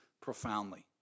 profoundly